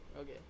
Okay